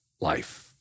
life